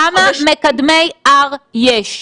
כמה מקדמי R יש?